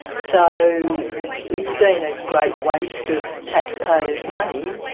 so it's been a great waste of taxpayers' money,